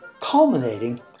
culminating